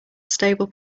stable